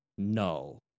Null